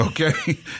Okay